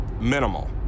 minimal